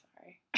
Sorry